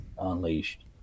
unleashed